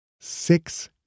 Six